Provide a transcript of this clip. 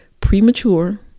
premature